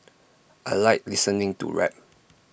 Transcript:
I Like listening to rap